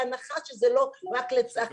בהנחה שזה לא רק לצעקות.